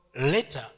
later